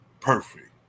perfect